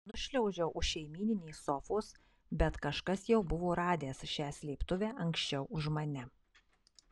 nušliaužiau už šeimyninės sofos bet kažkas jau buvo radęs šią slėptuvę anksčiau už mane